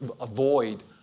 avoid